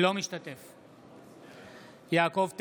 אינו משתתף בהצבעה יעקב טסלר,